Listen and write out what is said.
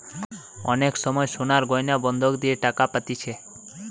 অনেক সময় সোনার গয়না বন্ধক দিয়ে টাকা পাতিছে